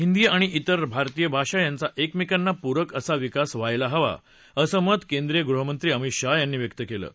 हिंदी आणि त्रि भारतीय भाषा यांचा एकमेकांना पूरक असा विकास व्हायला हवा असं मत केंद्रीय गृहमंत्री अमीत शहा यांनी व्यक्त केलं आहे